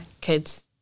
kids